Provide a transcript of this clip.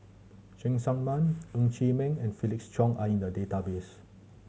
Cheng Tsang Man Ng Chee Meng and Felix Cheong are in the database